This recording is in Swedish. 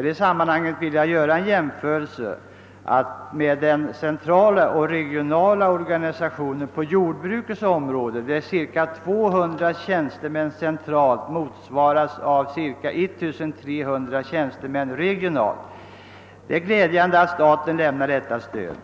I detta sammanhang vill jag göra en jämförelse mellan den centrala och den regionala organisationen på jordbrukets område. 200 tjänstemän hos den centrala organisationen motsvaras av ca 1300 hos den senare. Det är glädjande att staten lämnat detta stöd,